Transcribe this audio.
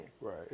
Right